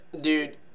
Dude